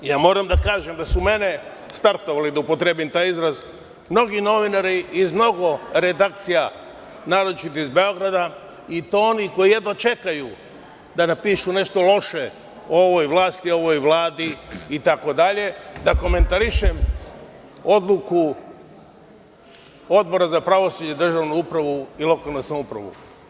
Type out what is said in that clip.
Ja moram da kažem da su mene startovali da upotrebim taj izraz, mnogi novinari iz mnogo redakcija, naročito iz Beograda i to oni koji jedva čekaju da napišu nešto loše o ovoj vlasti, o ovoj vladi itd, da komentarišem odluku Odbora za pravosuđe, državnu upravu i lokalnu samoupravu.